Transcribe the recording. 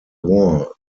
war